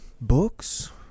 books